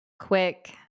quick